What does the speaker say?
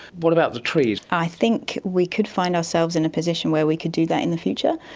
what about the trees? i think we could find ourselves in a position where we could do that in the future,